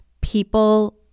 people